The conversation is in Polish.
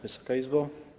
Wysoka Izbo!